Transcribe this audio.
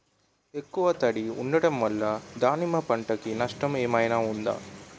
ఎక్కువ తడి ఉండడం వల్ల దానిమ్మ పంట కి నష్టం ఏమైనా ఉంటుందా?